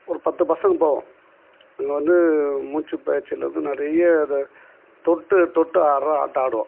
ஒரு பத்து பசங்கள் போவோம் அங்கே வந்து மூச்சி பயிற்சியில் இருந்து நிறைய இது தொட்டு தொட்டு ஆடுற ஆட்டம் ஆடுவோம்